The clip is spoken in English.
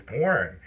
born